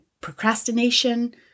procrastination